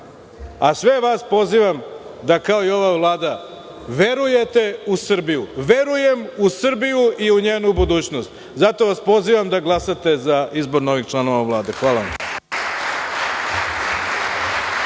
a sve vas pozivam da kao i ova Vlada verujete u Srbiju. Verujem u Srbiju u njenu budućnost. Zato vas pozivam da glasate za izbor novih članova Vlade. Hvala vam.